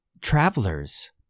Travelers